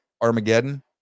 Armageddon